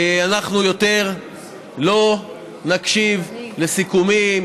אנחנו יותר לא נקשיב לסיכומים.